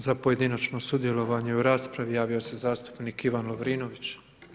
Za pojedinačno sudjelovanje u raspravi javio se zastupnik Ivan Lovrinović.